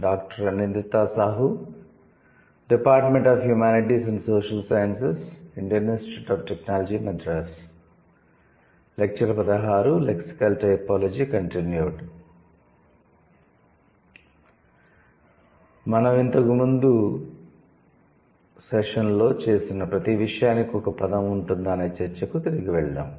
lexical typology continued మనం ఇంతకు ముందు సెషన్ లో చేసిన 'ప్రతీ విషయానికి ఒక పదం ఉంటుందా' అనే చర్చకు తిరిగి వెళ్దాం